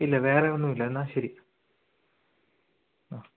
ഇല്ല വേറെയൊന്നുമില്ല എന്നാൽ ശരി ആ